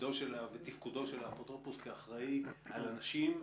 תפקידו ותפקודו של האפוטרופוס כאחראי על אנשים,